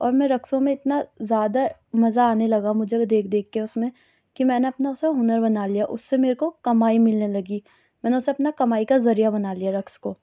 اور میں رقصوں میں اتنا زیادہ مزا آنے لگا مجھے وہ دیکھ دیکھ کے اُس میں کہ میں نے اپنا اُسے ہُنر بنا لیا اُس سے میرے کو کمائی ملنے لگی میں نے اُسے اپنا کمائی کا ذریعہ بنا لیا رقص کو